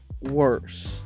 worse